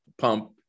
pump